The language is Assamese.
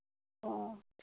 অ'